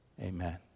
Amen